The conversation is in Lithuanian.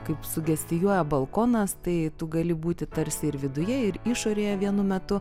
kaip sugestijuoja balkonas tai tu gali būti tarsi ir viduje ir išorėje vienu metu